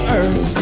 earth